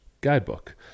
Guidebook